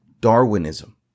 Darwinism